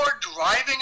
driving